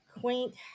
quaint